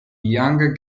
young